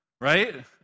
Right